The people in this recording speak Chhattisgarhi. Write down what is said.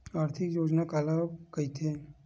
आर्थिक योजना काला कइथे?